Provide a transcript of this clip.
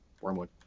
Wormwood